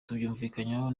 tubyumvikaneho